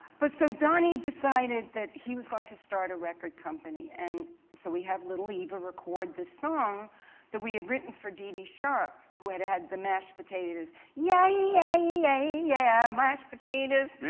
but so donny decided that he was going to start a record company. and so we have little eva record this song that we had written for dee dee sharp, who had had the mashed potatoes. yeah yeah singing yeah mashed potatoes.